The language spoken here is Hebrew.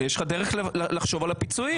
יש לך דרך לחשוב על הפיצויים.